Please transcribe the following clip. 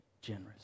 Generous